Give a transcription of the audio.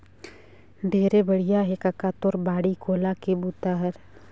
ढेरे बड़िया हे कका तोर बाड़ी कोला के बूता हर